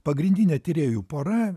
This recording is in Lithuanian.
pagrindinė tyrėjų pora